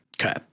Okay